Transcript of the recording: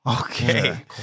Okay